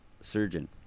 surgeon